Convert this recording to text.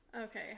Okay